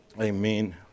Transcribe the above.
Amen